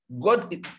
God